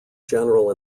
general